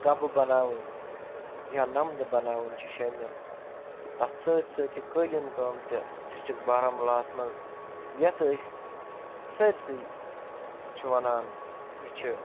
گَبہٕ بَناوٕنۍ یا نَمدٕ بَناوٕنۍ چھِ شٲمِل تَتھ سۭتۍ سۭتۍ چھِ قٲلیٖن کٲم تہِ ڈِسٹِرک بارہمُلہ ہس منٛز یَتھ أسۍ سٲرسٕے چھِ وَنان یہِ چھِ